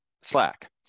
Slack